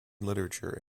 literature